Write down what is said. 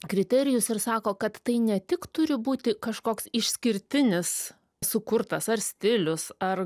kriterijus ir sako kad tai ne tik turi būti kažkoks išskirtinis sukurtas ar stilius ar